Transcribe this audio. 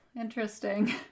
Interesting